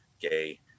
gay